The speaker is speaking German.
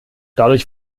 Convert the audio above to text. dadurch